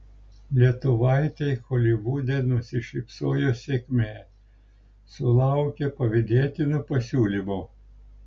lietuvaitei holivude nusišypsojo sėkmė sulaukė pavydėtino pasiūlymo